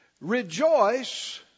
rejoice